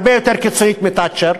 הרבה יותר קיצונית מתאצ'ר,